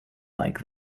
like